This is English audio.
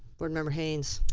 board member haynes.